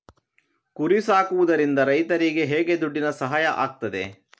ಕುರಿ ಸಾಕುವುದರಿಂದ ರೈತರಿಗೆ ಹೇಗೆ ದುಡ್ಡಿನ ಸಹಾಯ ಆಗ್ತದೆ?